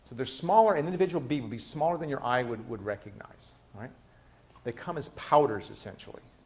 they're smaller, an individual bead be smaller than your eye would would recognize. they come as powders, essentially.